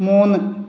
മൂന്ന്